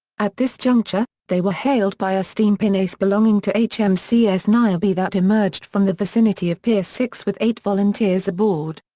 at this juncture, they were hailed by a steam pinnace belonging to hmcs niobe that emerged from the vicinity of pier six with eight volunteers aboard.